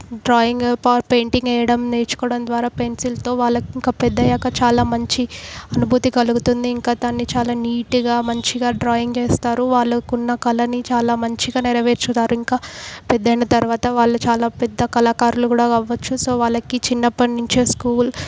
drawing power painting వేయడం నేర్చుకోవడం ద్వారా పెన్సిల్తో వాళ్ళకు ఇంకా పెద్దయ్యాక చాలా మంచి అనుభూతి కలుగుతుంది ఇంకా దాన్ని చాలా నీట్గా మంచిగా డ్రాయింగ్ వేస్తారు వాళ్ళకి ఉన్న కళని చాలా మంచిగా నెరవేర్చుతారు ఇంకా పెద్దయిన తరువాత వాళ్ళు చాలా పెద్ద కళాకారులుగా కూడా అవ్వచ్చు సో వాళ్ళకి చిన్నప్పటి నుంచే స్కూల్